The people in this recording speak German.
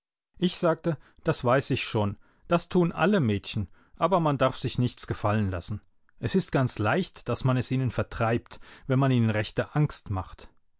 ich sagte das weiß ich schon das tun alle mädchen aber man darf sich nichts gefallen lassen es ist ganz leicht daß man es ihnen vertreibt wenn man ihnen rechte angst macht